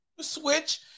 switch